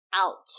out